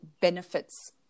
benefits